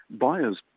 buyers